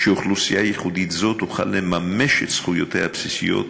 שאוכלוסייה ייחודית זו תוכל לממש את זכויותיה הבסיסיות